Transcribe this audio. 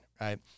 Right